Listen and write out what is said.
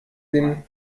den